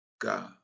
God